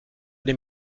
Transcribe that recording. l’ai